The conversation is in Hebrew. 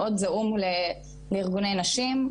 זעומים לארגוני נשים,